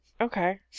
Okay